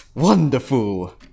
Wonderful